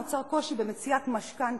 נוצר קושי במציאת משכנתה.